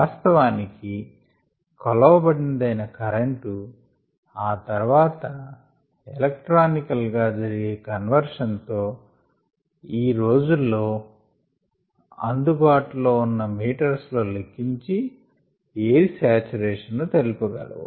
వాస్తవానికి కొలవబడినదైన కరెంటు ఆ తర్వాత ఎలెక్ట్రానికల్ గా జరిగే కన్వర్షన్ తో ఈ రోజుల్లో అందుబాటులో ఉన్న మీటర్స్ లో లెక్కించి ఎయిర్ సాచురేషన్ ను తెలుపగలవు